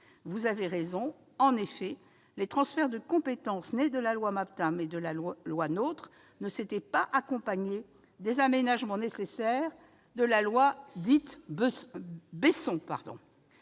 vous avez raison. En effet, les transferts de compétences nés de la loi MAPTAM et de la loi NOTRe ne s'étaient pas accompagnés des aménagements indispensables dans la loi Besson.